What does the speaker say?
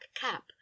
cap